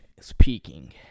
Speaking